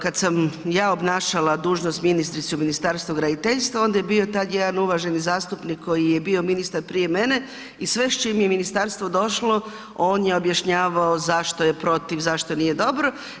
Kada sam ja obnašala dužnost ministrice u Ministarstvu graditeljstva onda je bio tad jedan uvaženi zastupnik koji je bio ministar prije mene i sve s čime je ministarstvo došlo on je objašnjavao zašto je protiv, zašto nije dobro.